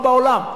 כמו בעולם.